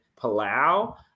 Palau